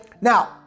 Now